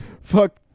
Fuck